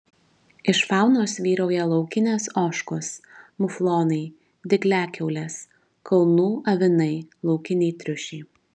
iš faunos vyrauja laukinės ožkos muflonai dygliakiaulės kalnų avinai laukiniai triušiai